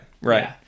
right